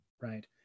right